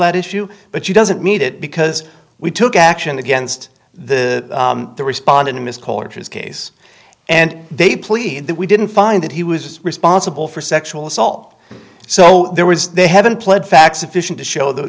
that issue but she doesn't need it because we took action against the the respondent ms coulter's case and they plead that we didn't find that he was responsible for sexual assault so there was they haven't pled facts efficient to show th